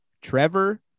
Trevor